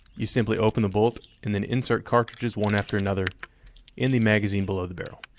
you simply open the bolt and then insert cartridges one after another in the magazine below the barrel.